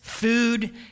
food